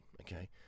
okay